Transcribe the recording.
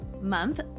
month